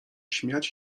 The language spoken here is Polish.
śmiać